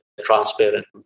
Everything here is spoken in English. transparent